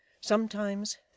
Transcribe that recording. Sometimes